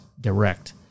direct